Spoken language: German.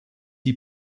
die